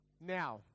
Now